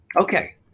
Okay